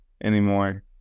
anymore